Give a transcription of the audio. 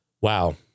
wow